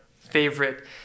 favorite